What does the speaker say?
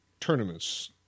tournaments